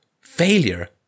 failure